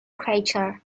creature